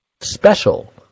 special